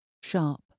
Sharp